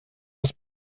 els